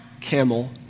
camel